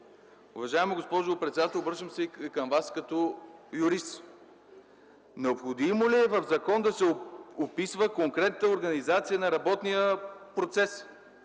Уважаема госпожо председател, обръщам се и към Вас като юрист – необходимо ли е в закон да се описва конкретната организация на работния процес,